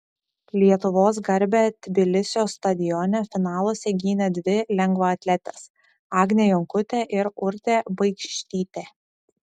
lietuvos garbę tbilisio stadione finaluose gynė dvi lengvaatletės agnė jonkutė ir urtė baikštytė